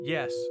Yes